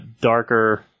darker